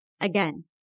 Again